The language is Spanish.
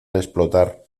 explotar